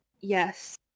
yes